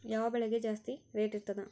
ಯಾವ ಬೆಳಿಗೆ ಜಾಸ್ತಿ ರೇಟ್ ಇರ್ತದ?